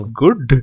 good